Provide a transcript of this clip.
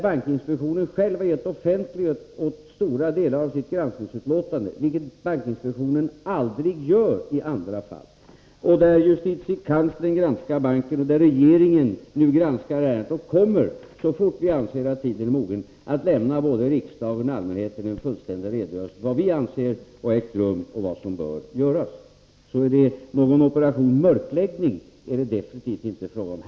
Bankinspektionen har själv givit offentlighet åt stora delar av sitt granskningsutlåtande, vilket bankinspektionen aldrig gör i andra fall. Justitiekanslern och regeringen granskar nu ärendet, och vi kommer, så fort vi anser tiden vara mogen, att lämna både riksdagen och allmänheten en fullständig redogörelse för vad vi anser har ägt rum och för vad som bör göras. Någon ”operation mörkläggning” är det definitivt inte fråga om.